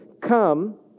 Come